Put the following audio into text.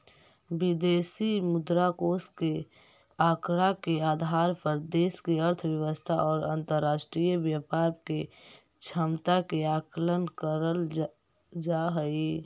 विदेशी मुद्रा कोष के आंकड़ा के आधार पर देश के अर्थव्यवस्था और अंतरराष्ट्रीय व्यापार के क्षमता के आकलन करल जा हई